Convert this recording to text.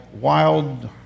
wild